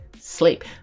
sleep